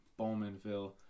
Bowmanville